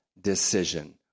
decision